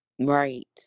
Right